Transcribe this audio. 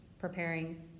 preparing